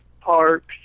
parks